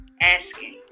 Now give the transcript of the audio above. asking